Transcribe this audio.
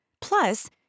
Plus